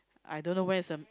I don't know where is the